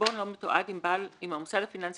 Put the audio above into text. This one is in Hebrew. הם חוששים שאם הם יאמינו,